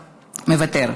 מוותר,